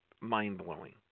mind-blowing